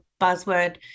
buzzword